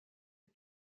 est